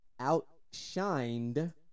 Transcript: outshined